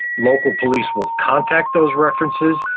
local police will contact those references,